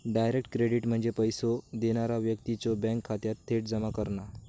direct credit म्हणजे पैसो देणारा व्यक्तीच्यो बँक खात्यात थेट जमा करणा